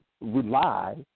rely